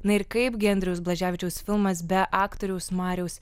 na ir kaipgi andriaus blaževičiaus filmas be aktoriaus mariaus